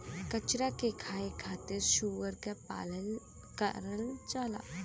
कचरा के खाए खातिर सूअर के पालन करल जाला